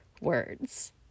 words